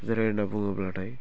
जेरै होन्ना बुङोब्लाथाय